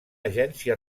agència